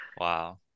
Wow